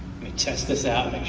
me test this out.